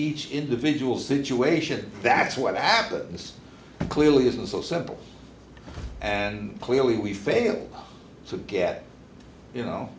each individual situation that's what happens clearly isn't so simple and clearly we fail to get you know